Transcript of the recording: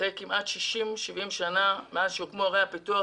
אחרי כמעט 70-60 שנים מאז הוקמו ערי הפיתוח,